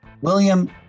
William